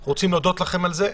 אנחנו רוצים להודות לכם על זה.